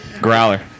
Growler